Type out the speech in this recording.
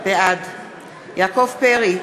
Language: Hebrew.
בעד יעקב פרי,